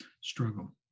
struggle